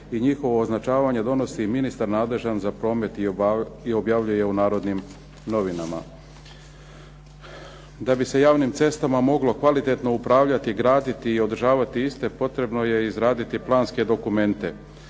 i njihovo označavanje donosi ministar nadležan za promet i objavljuje u Narodnim novinama. Da bi se javnim cestama moglo kvalitetno upravljati, graditi i održavati iste potrebno je izraditi planske dokumente.